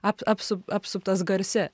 ap apsu apsuptas garse